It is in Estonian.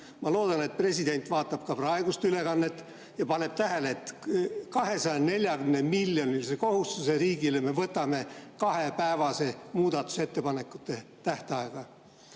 Ma loodan, et president vaatab ka praegust ülekannet ja paneb tähele, et 240‑miljonilise kohustuse riigile me võtame kahepäevase muudatusettepanekute tähtajaga.